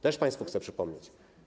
Też państwu chcę to przypomnieć.